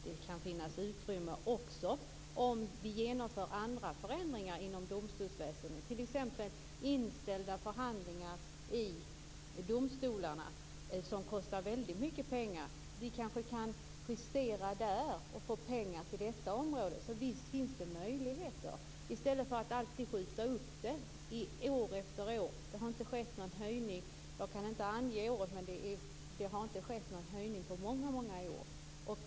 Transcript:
Det kan finnas utrymme också om vi genomför andra förändringar inom domstolsväsendet, t.ex. i fråga om inställda förhandlingar i domstolar, som kostar väldigt mycket pengar. Vi kanske kan justera där och få pengar till detta område. Visst finns det möjligheter, i stället för att alltid skjuta upp det år efter år. Det har inte skett någon höjning på många år - jag kan inte ange vilket år som det skedde.